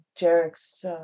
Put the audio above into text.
Jarek's